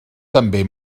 també